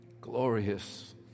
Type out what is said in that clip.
glorious